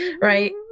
Right